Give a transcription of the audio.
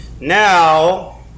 Now